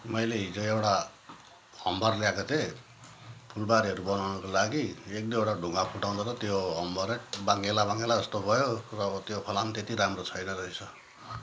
मैले हिजो एउटा हम्बर ल्याएको थिएँ फुलबारीहरू बनाउनुको लागि एक दुईवटा ढुङ्गा फुटाउँदा त त्यो हम्बरै बाङ्गिएला बाङ्गिएला जस्तो भयो र अब त्यो फलाम त्यति राम्रो छैन रहेछ